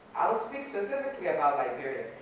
i'll speak specifically about liberia,